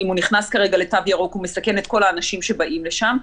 אם הוא נכנס כרגע לתו ירוק הוא מסכן את כל האנשים שבאים לשם,